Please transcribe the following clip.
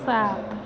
सात